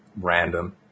random